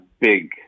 big